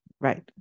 Right